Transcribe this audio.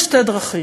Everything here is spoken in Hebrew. יש שתי דרכים,